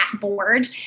board